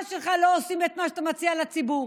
שלך לא עושים את מה שאתה מציע לציבור,